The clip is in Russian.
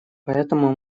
поэтому